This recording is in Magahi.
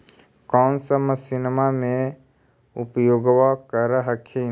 कौन सा मसिन्मा मे उपयोग्बा कर हखिन?